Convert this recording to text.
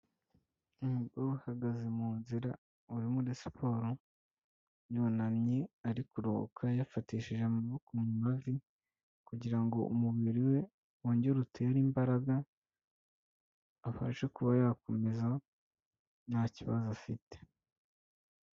Umugore uhagaze mu nzira uri muri siporo yunamye ari kuruhuka, yifatishije amaboko mu mavi kugirango umubiri we wongere utere imbaraga abashe kuba yakomeza nta kibazo afite.